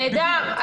נהדר.